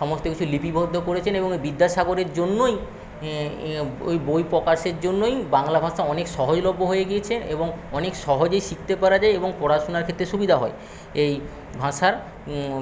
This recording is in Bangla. সমস্ত কিছু লিপিবদ্ধ করেছেন এবং বিদ্যাসাগরের জন্যই ওই বই প্রকাশের জন্যই বাংলা ভাষা অনেক সহজলভ্য হয়ে গিয়েছে এবং অনেক সহজেই শিখতে পারা যায় এবং পড়াশোনার ক্ষেত্রে সুবিধা হয় এই ভাষার